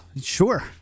sure